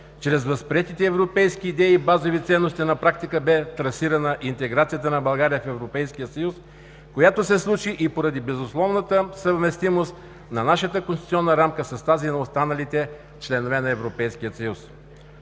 Чрез възприетите европейски идеи и базови ценности на практика бе трасирана интеграцията на България в Европейския съюз, която се случи и поради безусловната съвместимост на нашата конституционна рамка с тази на останалите членове на Европейския съюз.